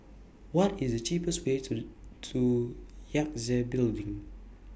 What IS The cheapest Way to to Yangtze Building